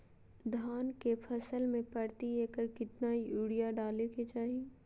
धान के फसल में प्रति एकड़ कितना यूरिया डाले के चाहि?